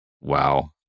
Wow